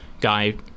guy